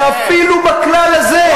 שאפילו בכלל הזה,